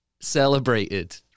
celebrated